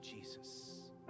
Jesus